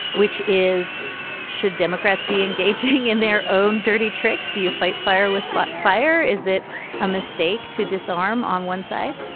which is should democrats be engaging in their own dirty tricks? do you fight fire with but fire? is it a mistake to disarm on one side?